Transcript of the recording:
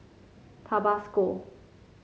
Tabasco